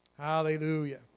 Hallelujah